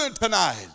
tonight